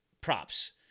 props